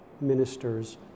ministers